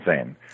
insane